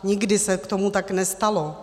Nikdy se tomu tak nestalo.